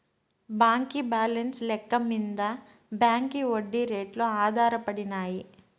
బాంకీ బాలెన్స్ లెక్క మింద బాంకీ ఒడ్డీ రేట్లు ఆధారపడినాయి